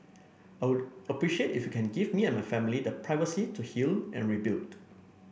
I would appreciate if you can give me and my family the privacy to heal and rebuild